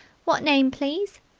what name, please?